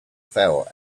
fell